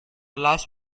last